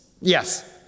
yes